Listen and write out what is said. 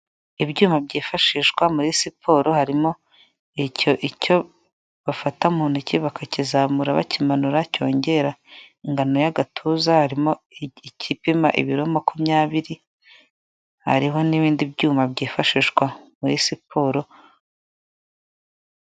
Ibyuma byifashishwa muri siporo harimo icyo icyo bafata mu ntoki bakakizamura bakimanura, cyongera ingano y'agatuza harimo igipima ibiro makumyabiri hariho n'ibindi byuma byifashishwa muri siporo.